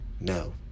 no